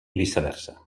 viceversa